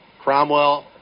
Cromwell